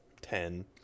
ten